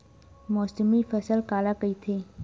मौसमी फसल काला कइथे?